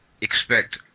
expect